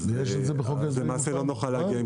למעשה לא נוכל להגיע עם חשמל --- זה קיים בחוק ההסדרים עכשיו?